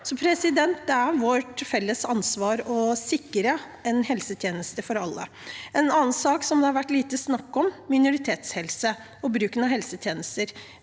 offentlige. Det er vårt felles ansvar å sikre en helsetjeneste for alle. En annen sak som det har vært lite snakk om, er minoritetshelse og bruken av helsetjenester.